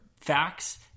facts